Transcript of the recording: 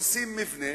הורסים מבנים.